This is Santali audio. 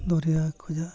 ᱫᱚᱨᱭᱟ ᱠᱷᱚᱱᱟᱜ